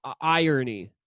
irony